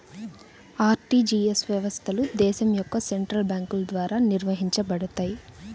RTGS వ్యవస్థలు దేశం యొక్క సెంట్రల్ బ్యేంకుల ద్వారా నిర్వహించబడతయ్